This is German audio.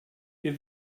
wir